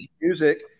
music